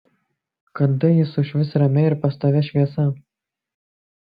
kada ji sušvis ramia ir pastovia šviesa